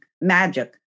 magic